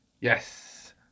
Yes